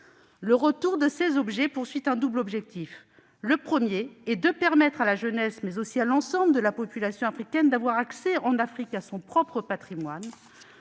Le retour de ces objets tend à atteindre un double objectif : le premier est de permettre à la jeunesse, mais aussi à l'ensemble de la population africaine d'avoir accès en Afrique à son propre patrimoine